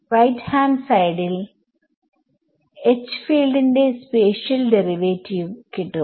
RHS ൽ H field ന്റെ spatial derivative കിട്ടും